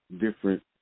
different